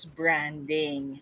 branding